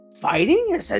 fighting